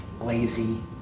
lazy